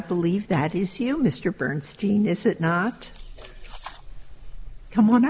believe that these you mr bernstein is it not come on